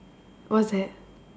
what's that